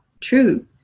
true